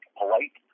polite